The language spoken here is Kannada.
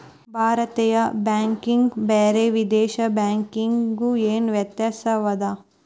ಭಾರತೇಯ ಬ್ಯಾಂಕಿಗು ಬ್ಯಾರೆ ವಿದೇಶಿ ಬ್ಯಾಂಕಿಗು ಏನ ವ್ಯತ್ಯಾಸದ?